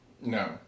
No